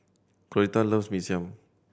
Coretta loves Mee Siam